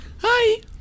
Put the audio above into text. Hi